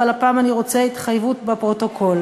אבל הפעם אני רוצה התחייבות בפרוטוקול.